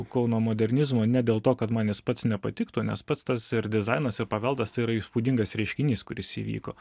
kauno modernizmo ne dėl to kad man jis pats nepatiktų nes pats tas ir dizainas ir paveldas tai yra įspūdingas reiškinys kuris įvyko